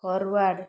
forward